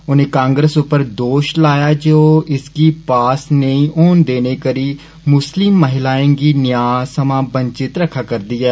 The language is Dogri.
उनें कांग्रेस उप्पर दोश लाया जे ओ इसगी पास नेई होन देने करी मुस्लिम महिलाएं गी न्यां सवां वंचित रखारदी ऐ